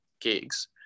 gigs